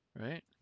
right